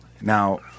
Now